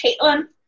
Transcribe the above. Caitlin